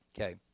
Okay